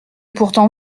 pourtant